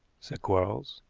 said quarles.